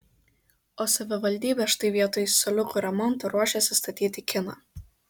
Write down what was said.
o savivaldybė štai vietoj suoliukų remonto ruošiasi statyti kiną